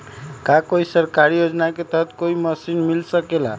का कोई सरकारी योजना के तहत कोई मशीन मिल सकेला?